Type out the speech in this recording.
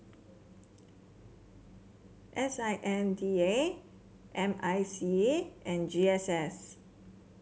S I N D A M I C E and G S S